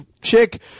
chick